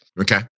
okay